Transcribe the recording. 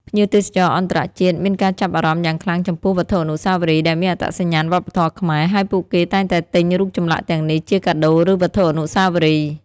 ភ្ញៀវទេសចរអន្តរជាតិមានការចាប់អារម្មណ៍យ៉ាងខ្លាំងចំពោះវត្ថុអនុស្សាវរីយ៍ដែលមានអត្តសញ្ញាណវប្បធម៌ខ្មែរ ហើយពួកគេតែងតែទិញរូបចម្លាក់ទាំងនេះជាកាដូ ឬវត្ថុអនុស្សាវរីយ៍។